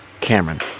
Cameron